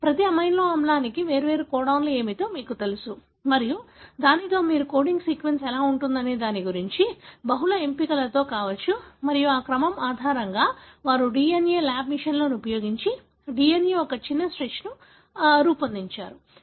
ప్రతి అమైనో ఆమ్లానికి వేర్వేరు కోడన్లు ఏమిటో మీకు తెలుసు మరియు దానితో మీరు కోడింగ్ సీక్వెన్స్ ఎలా ఉంటుందనే దాని గురించి బహుళ ఎంపికలతో రావచ్చు మరియు ఆ క్రమం ఆధారంగా వారు DNA ల్యాబ్ మెషిన్లను ఉపయోగించి DNA యొక్క చిన్న స్ట్రెచ్ను రూపొందించారు